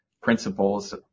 principles